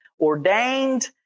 ordained